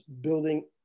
building